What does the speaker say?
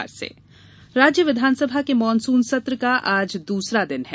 विधानसभा सत्र् राज्य विधानसभा के मॉनसून सत्र का आज दूसरा दिन है